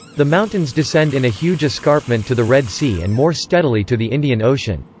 the mountains descend in a huge escarpment to the red sea and more steadily to the indian ocean.